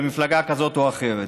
במפלגה כזאת או אחרת.